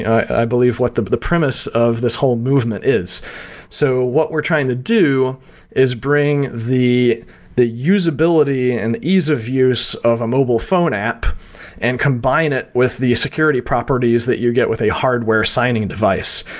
i believe what the the premise of this whole movement is so what what we're trying to do is bring the the usability and ease of use of a mobile phone app and combine it with the security properties that you get with a hardware signing device.